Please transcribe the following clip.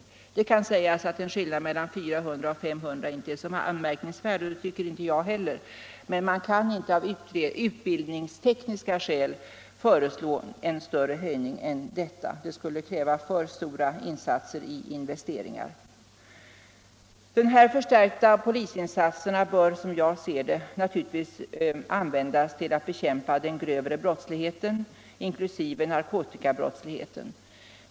Det kan sägas att skillnaden mellan 400 och 500 polismanstjänster inte är så anmärkningsvärd, och det tycker inte heller jag att den är, men man kan inte av utbildningstekniska skäl föreslå en större höjning. Det skulle kräva alltför stora investeringar. Dessa förstärkta polisinsatser bör användas för att bekämpa den grövre brottsligheten, inklusive narkotikabrottsligheten.